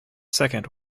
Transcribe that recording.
second